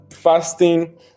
fasting